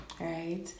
right